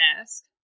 ask